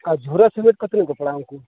ᱟᱨ ᱡᱷᱩᱨᱟᱹ ᱥᱤᱢᱮᱱᱴ ᱠᱚ ᱛᱤᱱᱟᱹᱜ ᱛᱮ ᱯᱟᱲᱟᱣᱟᱢ ᱠᱟᱱᱟ